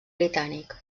britànic